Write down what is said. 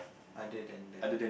other than the